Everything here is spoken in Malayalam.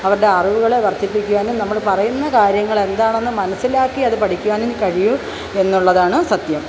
അവരുടെ അറിവുകൾ വര്ദ്ധിപ്പിക്കുവാനും നമ്മൾ പറയുന്ന കാര്യങ്ങൾ എന്താണെന്നു മനസ്സിലാക്കി അതു പഠിക്കുവാനും കഴിയൂ എന്നുള്ളതാണ് സത്യം